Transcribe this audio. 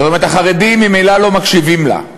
זאת אומרת, החרדים ממילא לא מקשיבים לה.